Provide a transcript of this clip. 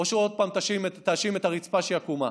או שעוד פעם תאשים את הרצפה שהיא עקומה?